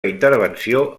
intervenció